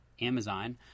Amazon